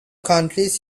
countries